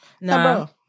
No